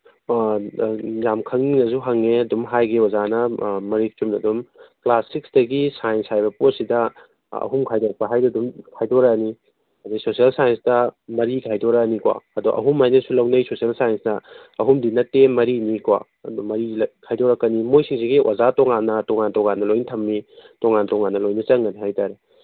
ꯌꯥꯝ ꯈꯪꯅꯤꯡꯅꯁꯨ ꯍꯪꯉꯦ ꯑꯗꯨꯝ ꯍꯥꯏꯒꯦ ꯑꯣꯖꯥꯅ ꯃꯔꯤꯛ ꯆꯨꯝꯅ ꯑꯗꯨꯝ ꯀ꯭ꯂꯥꯁ ꯁꯤꯛꯁꯇꯒꯤ ꯁꯥꯏꯟꯁ ꯍꯥꯏꯕ ꯄꯣꯠꯁꯤꯗ ꯑꯍꯨꯝ ꯈꯥꯏꯗꯣꯛꯄ ꯍꯥꯏꯅ ꯑꯗꯨꯝ ꯈꯥꯏꯗꯣꯔꯛꯑꯅꯤ ꯑꯗꯒꯤ ꯁꯣꯁꯦꯜ ꯁꯥꯏꯟꯁꯇ ꯃꯔꯤ ꯈꯥꯏꯗꯣꯔꯛꯑꯅꯤꯀꯣ ꯑꯗꯣ ꯑꯍꯨꯝ ꯍꯥꯏꯅꯁꯨ ꯂꯧꯅꯩ ꯁꯣꯁꯦꯜ ꯁꯥꯏꯟꯁꯇ ꯑꯍꯨꯝꯗꯤ ꯅꯠꯇꯦ ꯃꯔꯤꯅꯤꯀꯣ ꯑꯗꯨ ꯃꯔꯤ ꯈꯥꯏꯗꯣꯔꯛꯀꯅꯤ ꯃꯣꯏꯁꯤꯡꯁꯤꯒꯤ ꯑꯣꯖꯥ ꯇꯣꯉꯥꯟꯅ ꯇꯣꯉꯥꯟ ꯇꯣꯉꯥꯟꯅ ꯂꯣꯏ ꯊꯝꯃꯤ ꯇꯣꯉꯥꯟ ꯇꯣꯉꯥꯟꯅ ꯂꯣꯏ ꯆꯪꯒꯅꯤ ꯍꯥꯏ ꯇꯥꯔꯦ